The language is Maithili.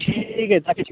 ठीक हइ राखै छी